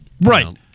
Right